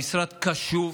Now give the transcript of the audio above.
המשרד קשוב.